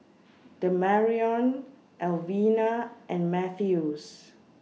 Demarion Alvena and Mathews